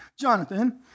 Jonathan